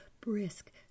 brisk